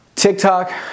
TikTok